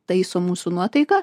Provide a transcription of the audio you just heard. taiso mūsų nuotaiką